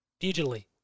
digitally